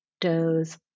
doze